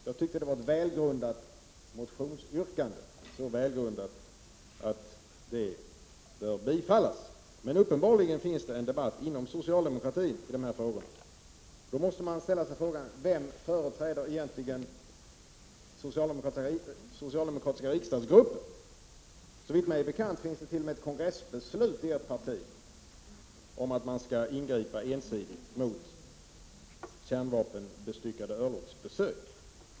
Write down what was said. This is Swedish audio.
Jag tycker att det är ett så välgrundat motionsyrkande att det bör bifallas. Det förs uppenbarligen en debatt i dessa frågor inom socialdemokratin, och då måste jag ställa frågan: Vem företräder egentligen den socialdemo kratiska riksdagsgruppen? Såvitt mig är bekant finns det t.o.m. ett kongressbeslut i ert parti om att Sverige skall ingripa ensidigt mot kärnvapenbestyckade örlogsbesök.